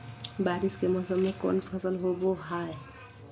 बारिस के मौसम में कौन फसल होबो हाय?